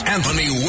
Anthony